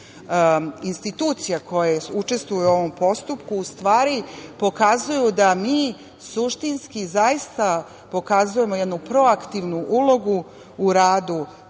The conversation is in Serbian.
institucija koje učestvuju u ovom postupku u stvari pokazuju da mi suštinski zaista pokazujemo jednu proaktivnu ulogu u radu,